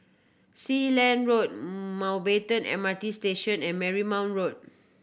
Sealand Road Mountbatten M R T Station and Marymount Road